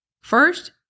First